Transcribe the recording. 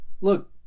Look